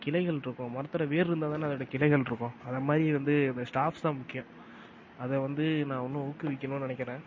கிளைகள் இருக்கும் மரத்தோட வேர் இருந்தால் தானே அதோட கிளைகள் இருக்கும் அது மாதிரி வந்து ஸ்டாஃப்ஸ் தான் முக்கியம் அதை வந்து நான் இன்னும் ஊக்குவிக்கணும்னு நினைக்கிறன்